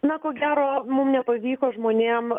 na ko gero mum nepavyko žmonėm